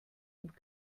und